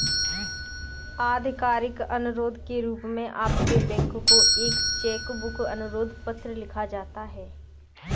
आधिकारिक अनुरोध के रूप में आपके बैंक को एक चेक बुक अनुरोध पत्र लिखा जाता है